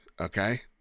okay